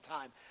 time